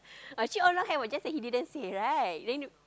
actually all now have lah just that he didn't say right then